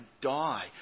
die